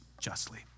justly